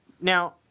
now